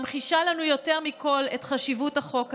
ממחישה לנו יותר מכול את חשיבות החוק הזה.